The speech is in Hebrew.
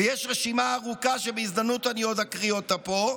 ויש רשימה ארוכה שבהזדמנות אני עוד אקרא פה,